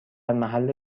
محل